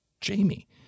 Jamie